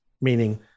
meaning